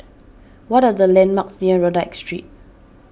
what are the landmarks near Rodyk Street